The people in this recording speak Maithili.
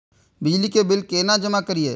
बिजली के बिल केना जमा करिए?